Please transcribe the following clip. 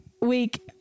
week